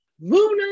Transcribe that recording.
Luna